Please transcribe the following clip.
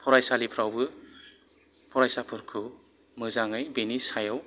फरायसालिफ्रावबो फरायसाफोरखौ मोजाङै बेनि सायाव